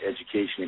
education